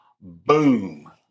Boom